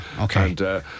okay